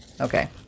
okay